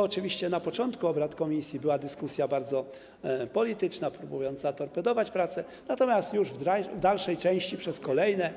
Oczywiście na początku obrad komisji dyskusja była bardzo polityczna, próbowano torpedować pracę, natomiast już w dalszej części, przez kolejne